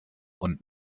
und